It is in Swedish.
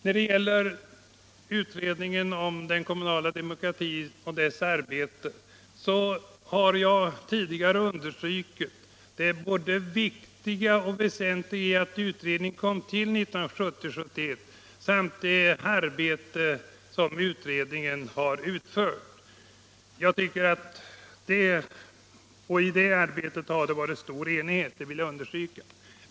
När det gäller utredningen om den kommunala demokratin har jag tidigare understrukit det både viktiga och väsentliga i att utredningen kom till 1970-1971 samt att det har rått stor enighet i det arbete som utredningen har utfört.